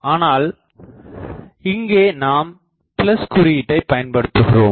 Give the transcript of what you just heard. ஆனால் இங்கே நாம் குறியீட்டை பயன்படுத்துகிறோம்